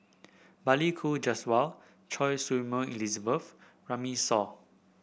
Balli Kaur Jaswal Choy Su Moi Elizabeth Runme Shaw